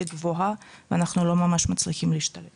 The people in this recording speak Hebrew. היא גבוהה ואנחנו לא ממש מצליחים להשתלט